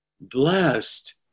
Blessed